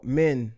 men